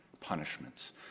punishments